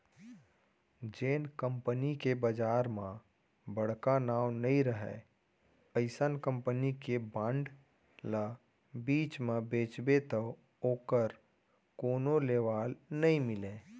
जेन कंपनी के बजार म बड़का नांव नइ रहय अइसन कंपनी के बांड ल बीच म बेचबे तौ ओकर कोनो लेवाल नइ मिलय